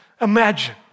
Imagine